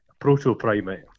proto-primate